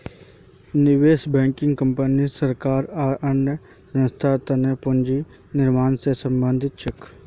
निवेश banking company सरकार आर अन्य संस्थार तने पूंजी निर्माण से संबंधित छे